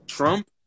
Trump